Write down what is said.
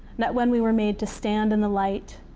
not when we were made to stand in the light,